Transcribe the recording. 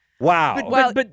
Wow